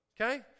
Okay